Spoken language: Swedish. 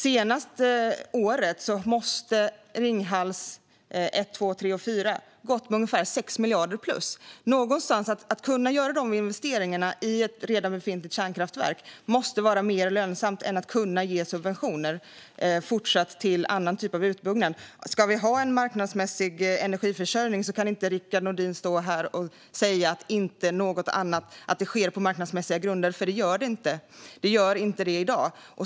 Det senaste året måste Ringhals 1, 2, 3 och 4 ha gått med ungefär 6 miljarder plus. Att göra de investeringarna i ett redan befintligt kärnkraftverk måste vara mer lönsamt än att fortsätta ge subventioner till annan typ av utbyggnad. Ska vi ha en marknadsmässig energiförsörjning kan inte Rickard Nordin stå här och säga att det sker på marknadsmässiga grunder, för det gör det inte i dag.